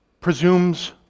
presumes